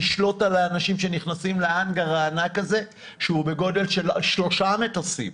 לשלוט על האנשים שנכנסים להאנגר הענק הזה שהוא בגודל של שלושה מטוסים,